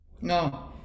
No